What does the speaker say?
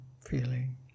feeling